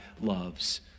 loves